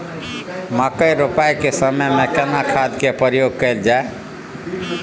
मकई रोपाई के समय में केना खाद के प्रयोग कैल जाय?